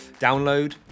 download